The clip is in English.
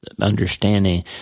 understanding